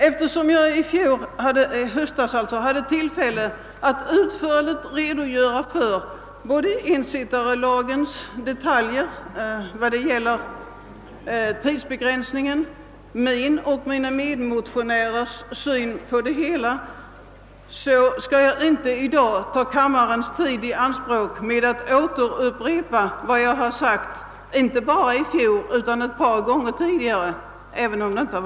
Eftersom jag i höstas hade tillfälle att utförligt redogöra för ensittarlagens detaljer vad beträffar tidsbegränsningen samt för min och mina medmotionärers syn på det hela, skall jag inte i dag ta kammarens tid i anspråk med att upprepa vad jag har sagt inte bara i fjol utan ett par gånger tidigare.